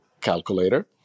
calculator